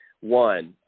One